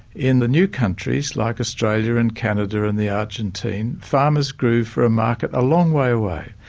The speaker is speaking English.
in the new countries, like australia and canada and the argentine, farmers grew for a market a long way away.